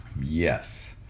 Yes